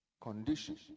condition